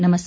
नमस्कार